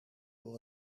door